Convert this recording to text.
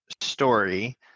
story